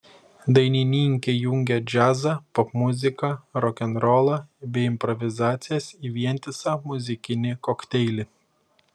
dainininkė jungia džiazą popmuziką rokenrolą bei improvizacijas į vientisą muzikinį kokteilį